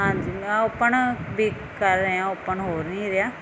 ਹਾਂਜੀ ਆਹ ਓਪਨ ਵੀ ਕਰ ਰਹੇ ਹਾਂ ਓਪਨ ਹੋ ਨਹੀਂ ਰਿਹਾ